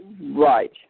Right